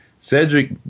Cedric